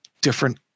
different